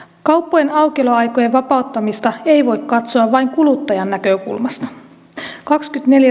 kauppojen aukioloaikojen vapauttamista ei voi katsoa vain kuluttajan näkökulmasta